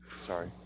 sorry